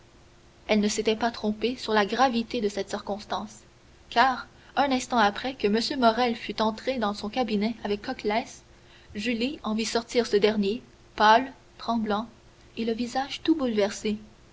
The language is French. elles ne s'étaient pas trompées sur la gravité de cette circonstance car un instant après que m morrel fut entré dans son cabinet avec coclès julie en vit sortir ce dernier pâle tremblant et le visage tout bouleversé